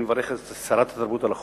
אני מברך את שרת התרבות על החוק.